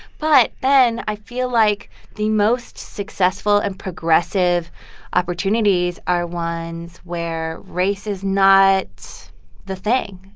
but then i feel like the most successful and progressive opportunities are ones where race is not the thing,